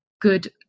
good